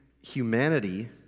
humanity